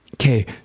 okay